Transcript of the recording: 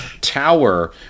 tower